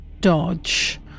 dodge